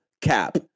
cap